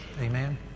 Amen